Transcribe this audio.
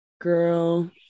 Girl